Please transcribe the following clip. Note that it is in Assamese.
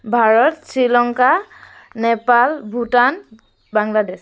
ভাৰত শ্ৰীলংকা নেপাল ভূটান বাংলাদেশ